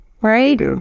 right